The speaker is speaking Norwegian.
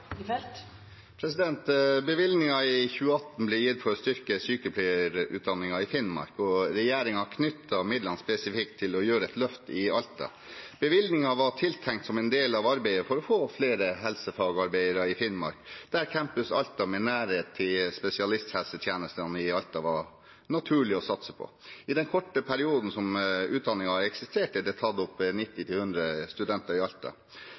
2018 ble gitt for å styrke sykepleierutdanningen i Finnmark, og regjeringen knyttet midlene spesielt til å gjøre et løft i Alta. Bevilgningen var tiltenkt som en del av arbeidet for å få flere helsefagarbeidere i Finnmark, der Campus Alta med nærhet til spesialisthelsetjenesten i Alta var naturlig å satse på. I den korte perioden som utdanningen har eksistert, er det tatt opp 90–100 studenter i